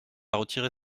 retirer